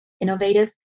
innovative